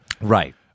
Right